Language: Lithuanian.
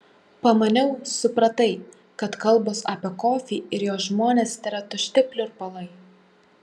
pamaniau supratai kad kalbos apie kofį ir jo žmones tėra tušti pliurpalai